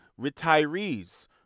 retirees